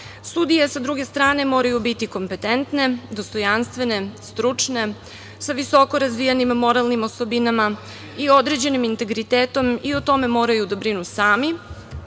prava. Sudije, sa druge strane, moraju biti kompetentne, dostojanstvene, stručne, sa visoko razvijenim moralnim osobinama i određenim integritetom i o tome moraju da brinu sami,